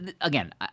again